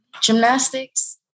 Gymnastics